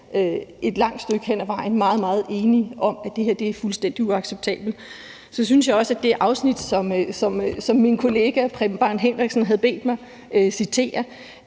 et langt stykke hen ad vejen er meget, meget enige om, at det her er fuldstændig uacceptabelt. For det andet synes jeg, at det afsnit, som min kollega Preben Bang Henriksen havde bedt mig citere,